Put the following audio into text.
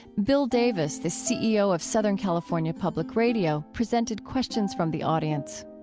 bill davis, the ceo of southern california public radio, presented questions from the audience